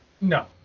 No